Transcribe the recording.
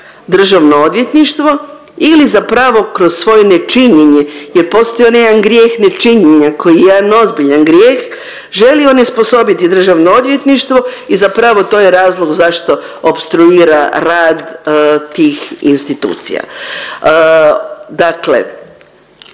državno odvjetništvo ili zapravo kroz svoje nečinjenje jer postoji onaj jedan grijeh nečinjenja koji je jedan ozbiljan grijeh želi onesposobiti državno odvjetništvo i zapravo to je razlog zašto opstruira rad tih institucija. Dakle,